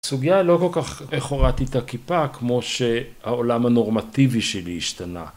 סוגיה לא כל כך, איך הורדתי את הכיפה, כמו שהעולם הנורמטיבי שלי השתנה.